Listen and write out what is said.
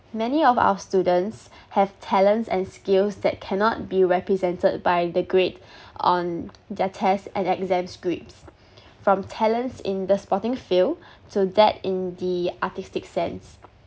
many of our students have talents and skills that cannot be represented by the grade on their test and exams scripts from talents in the sporting field to that in the artistic sense